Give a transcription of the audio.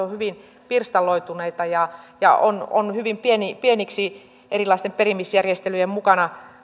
ovat hyvin pirstaloituneita ja osa näistä metsätiloista on joutunut hyvin pieniksi erilaisten perimisjärjestelyjen mukana